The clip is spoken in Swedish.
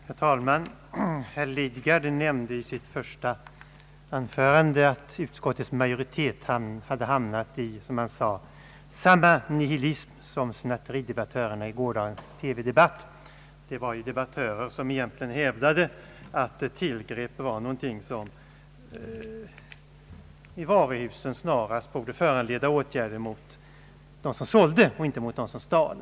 Herr talman! Herr Lidgard sade i sitt första anförande att utskottets majoritet hade hamnat i samma nihilism som snatteridebattörerna i gårdagens TV-debatt. Där fanns ju debattörer som hävdade att tillgrepp i varuhusen egentligen är någonting som snarast borde föranleda åtgärder mot dem som säljer och inte mot dem som stjäl.